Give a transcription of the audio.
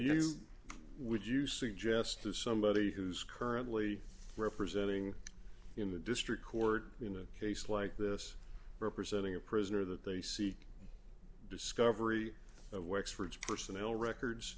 you would you suggest to somebody who's currently representing in the district court in a case like this representing a prisoner that they seek discovery works for its personnel records